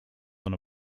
than